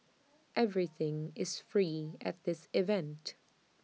everything is free at this event